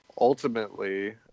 ultimately